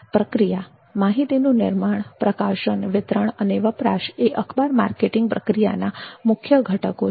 પ્રક્રિયા માહિતીનું નિર્માણ પ્રકાશન વિતરણ અને વપરાશ એ અખબાર માર્કેટિંગ પ્રક્રિયાના મુખ્ય ઘટકો છે